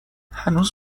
هنوز